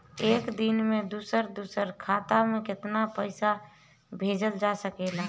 एक दिन में दूसर दूसर खाता में केतना पईसा भेजल जा सेकला?